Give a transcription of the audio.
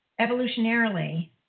evolutionarily